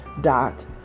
dot